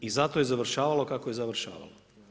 I zato je završavalo kako je završavalo.